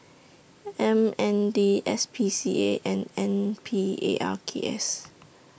M N D S P C A and N P A R K S